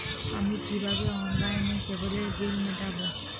আমি কিভাবে অনলাইনে কেবলের বিল মেটাবো?